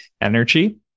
energy